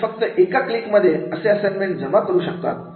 आणि फक्त एका क्लिक मध्ये असे असाइनमेंट जमा करू शकतात